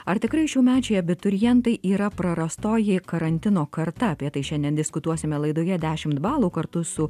ar tikrai šiųmečiai abiturientai yra prarastoji karantino karta apie tai šiandien diskutuosime laidoje dešimt balų kartu su